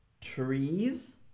trees